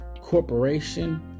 corporation